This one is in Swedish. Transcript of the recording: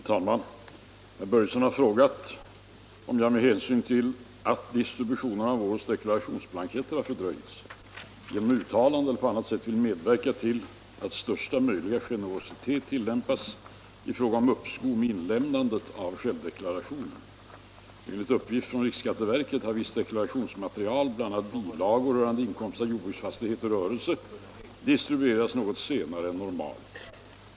Herr talman! Herr Börjesson i Falköping har frågat mig om jag, med hänsyn till att distributionen av årets deklarationsblanketter har fördröjts, genom uttalande eller på annat sätt vill medverka till att största möjliga generositet tillämpas i fråga om uppskov med inlämnandet av självdeklaration. Enligt uppgift från riksskatteverket har visst deklarationsmaterial, bl.a. bilagor rörande inkomst av jordbruksfastighet och rörelse, distribuerats något senare än normalt.